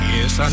Yes